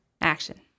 Action